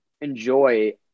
enjoy